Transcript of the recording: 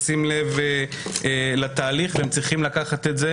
לשים לב לתהליך ולקחת את זה